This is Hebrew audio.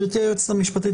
גברתי היועצת המשפטית,